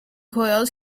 coils